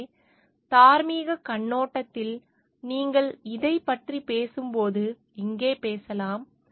எனவே தார்மீகக் கண்ணோட்டத்தில் நீங்கள் இதைப் பற்றி பேசும்போது இங்கே பேசலாம்